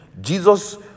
Jesus